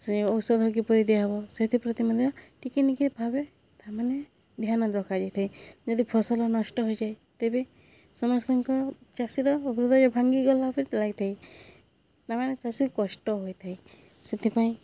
ସେ ଔଷଧ କିପରି ଦିଆହବ ସେଥିପ୍ରତି ମଧ୍ୟ ଟିକିନିକି ଭାବେ ତା'ମାନେ ଧ୍ୟାନ ରଖାଯାଇଥାଏ ଯଦି ଫସଲ ନଷ୍ଟ ହୋଇଯାଏ ତେବେ ସମସ୍ତଙ୍କର ଚାଷୀର ହୃଦୟ ଭାଙ୍ଗି ଗଲାପରି ଲାଗିଥାଏ ତାମାନେ ଚାଷୀ କଷ୍ଟ ହୋଇଥାଏ ସେଥିପାଇଁ